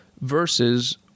versus